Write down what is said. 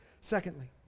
Secondly